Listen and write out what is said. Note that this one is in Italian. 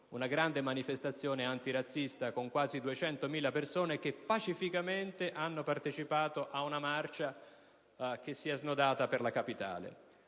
una grande manifestazione antirazzista, con quasi 200.000 persone che pacificamente hanno partecipato ad una marcia che si è snodata per le vie